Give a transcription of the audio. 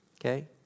okay